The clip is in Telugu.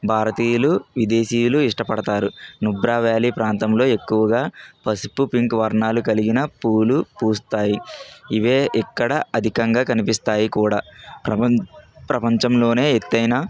భారతీయులు విదేశీయులు ఇష్టపడతారు నుబ్రా వ్యాలీ ప్రాంతంలో ఎక్కువగా పసుపు పింకు వర్ణాలు కలిగిన పూలు పూస్తాయి ఇవే ఇక్కడ అధికంగా కనిపిస్తాయి కూడా ప్రపంచ ప్రపంచంలోనే ఎత్తైన